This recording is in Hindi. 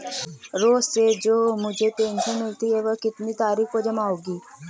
रोज़ से जो मुझे पेंशन मिलती है वह कितनी तारीख को जमा होगी?